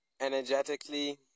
energetically